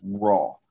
raw